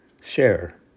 share